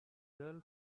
girl